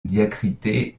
diacrité